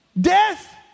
Death